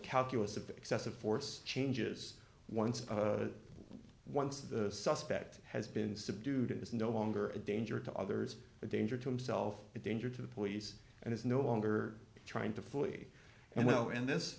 calculus of excessive force changes once once the suspect has been subdued it is no longer a danger to others a danger to himself a danger to the police and is no longer trying to flee and well in this